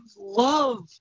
love